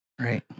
Right